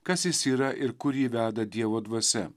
kas jis yra ir kur jį veda dievo dvasia